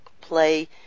play